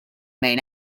main